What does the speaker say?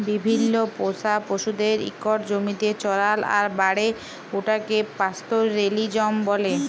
বিভিল্ল্য পোষা পশুদের ইকট জমিতে চরাল আর বাড়ে উঠাকে পাস্তরেলিজম ব্যলে